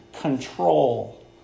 control